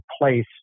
place